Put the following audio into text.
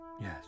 Yes